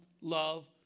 love